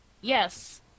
Yes